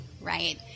right